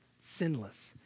sinless